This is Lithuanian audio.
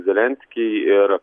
zelenskį ir